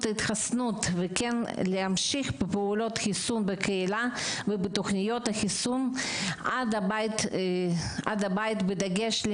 ההתחסנות ולהמשיך בפעולות החיסון בקהילה ובתוכניות חיסון עד לבית בדגש על